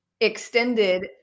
extended